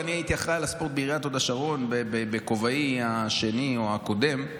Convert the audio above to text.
ואני הייתי אחראי על הספורט בעיריית הוד השרון בכובעי השני או הקודם,